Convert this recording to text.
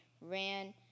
ran